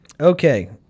Okay